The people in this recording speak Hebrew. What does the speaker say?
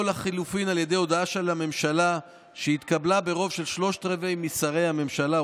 או לחלופין הודעה של הממשלה שהתקבלה ברוב של שלושת רבעי משרי הממשלה,